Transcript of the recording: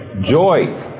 joy